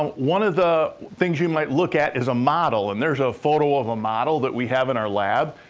um one of the things you might look at is a model, and there's a photo of a model that we have in our lab,